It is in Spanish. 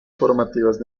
formativas